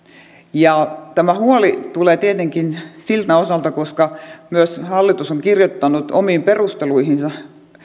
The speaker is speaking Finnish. ja yhdeksäntoista tämä huoli tulee tietenkin siltä osalta koska myös hallitus on kirjoittanut omiin perusteluihinsa